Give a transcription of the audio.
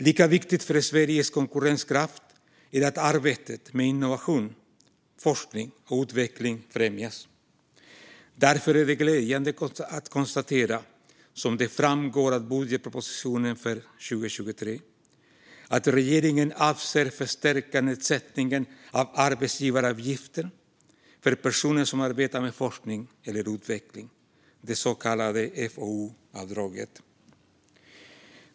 Lika viktigt för Sveriges konkurrenskraft är att arbetet med innovation, forskning och utveckling främjas. Därför är det glädjande att konstatera, som det framgår av budgetpropositionen för 2023, att regeringen avser att förstärka nedsättningen av arbetsgivaravgifter för personer som arbetar med forskning eller utveckling, det så kallade FoU-avdraget.